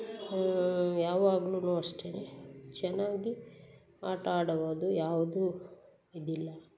ಹಾಂ ಯಾವಾಗ್ಲೂ ಅಷ್ಟೇ ಚೆನ್ನಾಗಿ ಆಟ ಆಡಬೋದು ಯಾವುದೂ ಇದಿಲ್ಲ